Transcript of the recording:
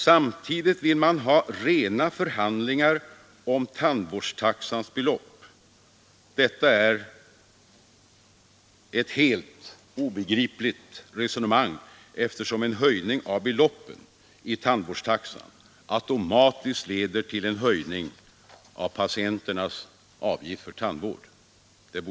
Samtidigt vill man ha rena förhandlingar om tandvårdstaxans belopp. Detta är ett helt obegripligt resonemang, eftersom en höjning av beloppet i tandvårdstaxan automatiskt leder till en höjning av patienternas avgifter för tandvård.